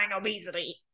obesity